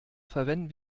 verwenden